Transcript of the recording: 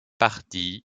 partie